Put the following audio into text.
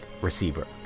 receiver